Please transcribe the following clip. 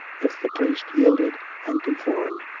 if the priest yielded and conformed,